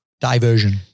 Diversion